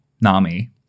Nami